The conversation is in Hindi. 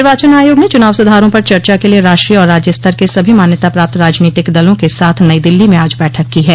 निर्वाचन आयोग ने चुनाव सुधारों पर चर्चा के लिए राष्ट्रीय और राज्य स्तर के सभी मान्यता प्राप्त राजनीतिक दलों के साथ नई दिल्ली में आज बैठक की है